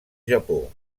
japó